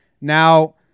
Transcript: now